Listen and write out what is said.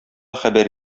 хәбәр